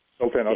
Okay